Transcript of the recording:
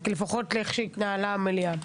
כי לפחות לאיך שהתנהלה המליאה.